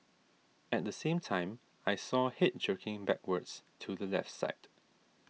at the same time I saw head jerking backwards to the left side